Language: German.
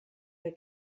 der